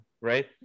right